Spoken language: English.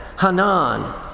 Hanan